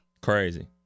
Crazy